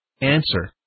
Answer